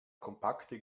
kompakte